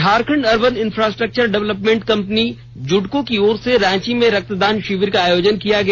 Jharkhand urban infrastructure development company JUDCO की ओर से रांची में रक्तदान शिविर का आयोजन किया गया